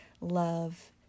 love